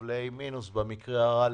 אין לכם כרגע תקציב.